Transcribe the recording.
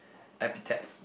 Appetez